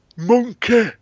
monkey